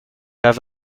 have